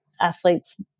athletes